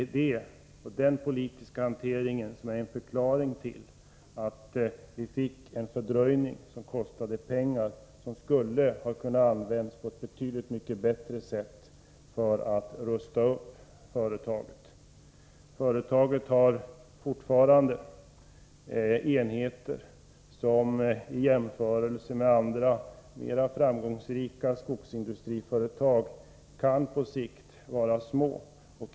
Detta och den politiska hanteringen är en förklaring till att vi fick en fördröjning som kostade pengar, vilka kunde ha använts på ett betydligt bättre sätt för att rusta upp företaget. Företaget har fortfarande enheter som i jämförelse med andra, mera framgångsrika skogsindustriföretag är små.